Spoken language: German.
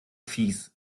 fieß